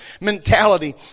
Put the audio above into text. mentality